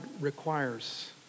requires